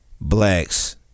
Blacks